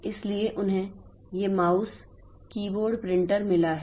इसलिए उन्हें यह माउस कीबोर्ड प्रिंटर मिला है